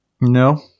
No